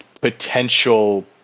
potential